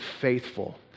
faithful